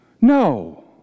No